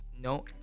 no